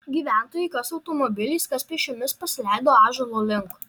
gyventojai kas automobiliais kas pėsčiomis pasileido ąžuolo link